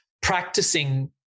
practicing